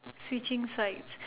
switching sides